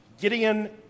Gideon